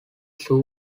zoo